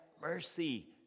mercy